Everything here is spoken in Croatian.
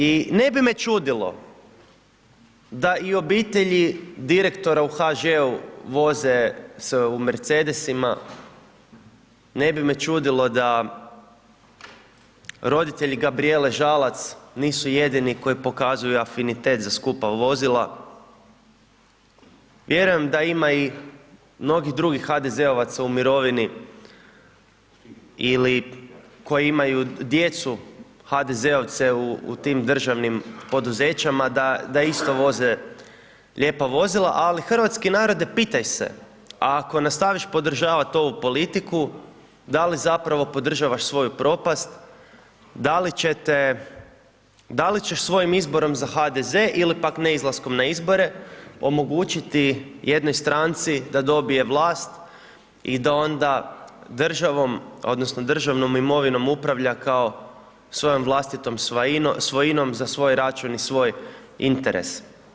I ne bi me čudilo da i obitelji direktora u HŽ-u voze se u Mercedesima, ne bi me čudilo da roditelji Gabrijele Žalac nisu jedini koji pokazuju afinitet za skupa vozila, vjerujem da ima i mnogih drugih HDZ-ovaca u mirovini ili koji imaju djecu HDZ-ovce u tim državnim poduzećima, da isto voze lijepa vozila, ali hrvatski narode pitaj se, a ako nastaviš podržavat ovu politiku, da li zapravo podržavaš svoju propast, da li ćeš svojim izborom za HDZ ili pak neizlaskom na izbore omogućiti jednoj stranci da dobije vlast i da onda državom odnosno državnom imovinom upravlja kao svojom vlastitom svojinom za svoj račun i svoj interes.